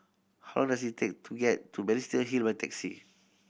how long is it take to get to Balestier Hill by taxi